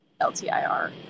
LTIR